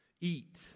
eat